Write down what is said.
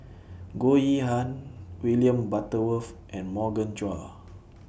Goh Yihan William Butterworth and Morgan Chua